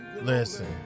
Listen